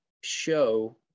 show